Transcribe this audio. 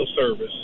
Service